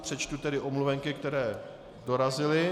Přečtu tedy omluvenky, které dorazily.